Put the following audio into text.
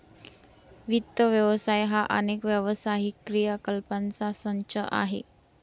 वित्त व्यवसाय हा अनेक व्यावसायिक क्रियाकलापांचा संच आहे